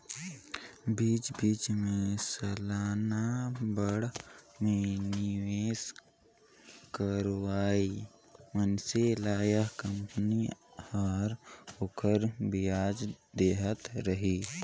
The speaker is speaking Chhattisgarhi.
बीच बीच मे सलाना बांड मे निवेस करोइया मइनसे ल या कंपनी हर ओखर बियाज देहत रही